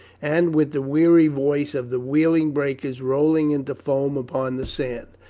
and with the weary voice of the wheeling breakers rolling into foam upon the sand.